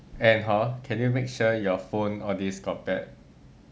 and hor can you make sure your phone all these got batt